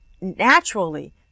naturally